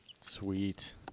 sweet